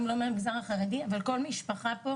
החרדי והמשפחות